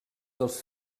dels